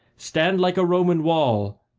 stand like a roman wall!